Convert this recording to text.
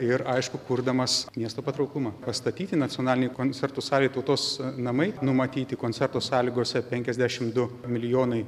ir aišku kurdamas miesto patrauklumą pastatyti nacionalinį koncertų salę tautos namai numatyti koncerto sąlygose penkiasdešimt du milijonai